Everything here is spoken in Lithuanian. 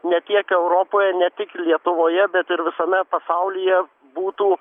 ne tiek europoje ne tik lietuvoje bet ir visame pasaulyje būtų